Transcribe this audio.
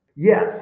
Yes